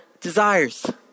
desires